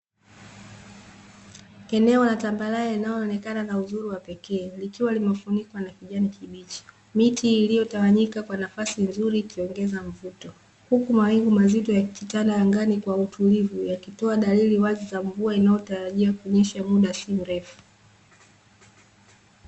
Eneo la tambarare linaloonekana na uzuri wa pekee, likiwa limefunikwa na kijani kibichi, miti iliyotawanyika kwa nafasi nzuri ikiongeza mvuto, huku mawingu mazito yakitanda angani kwa utulivu yakitoa dalili wazi za mvua inayotarajia kunyesha muda si mrefu.